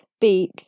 beak